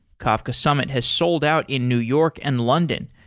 kafka summit has sold out in new york and london,